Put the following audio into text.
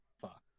fuck